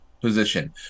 position